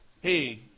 hey